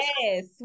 Yes